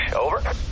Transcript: Over